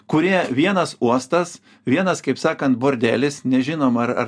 kurie vienas uostas vienas kaip sakant bordelis nežinom ar ar